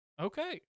Okay